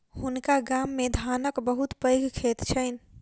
हुनका गाम मे धानक बहुत पैघ खेत छैन